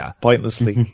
pointlessly